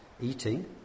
eating